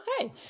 Okay